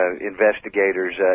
investigators